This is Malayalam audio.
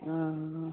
ആ ആ